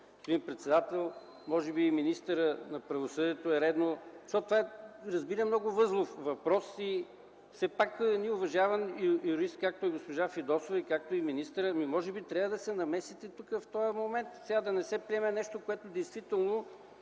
че това е много възлов въпрос. Все пак един уважаван юрист, както е госпожа Фидосова, както е и министърът, може би трябва да се намесят тук, в този момент, за да не се приеме нещо, което действително